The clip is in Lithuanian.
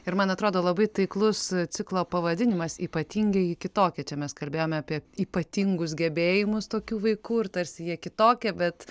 ir man atrodo labai taiklus ciklo pavadinimas ypatingieji kitokie čia mes kalbėjome apie ypatingus gebėjimus tokių vaikų ir tarsi jie kitokie bet